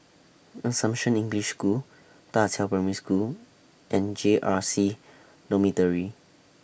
Assumption English School DA Qiao Primary School and J R C Dormitory